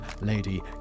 Lady